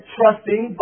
trusting